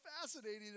fascinating